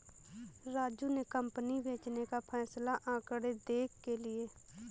राजू ने कंपनी बेचने का फैसला आंकड़े देख के लिए